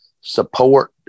support